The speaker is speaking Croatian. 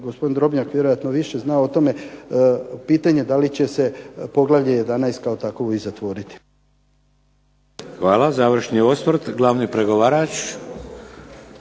gospodin Drobnjak vjerojatno više zna o tome pitanje da li će se poglavlje 11. kao takovo i zatvoriti. **Šeks, Vladimir (HDZ)** Hvala. Završni osvrt, glavni pregovarač